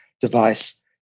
device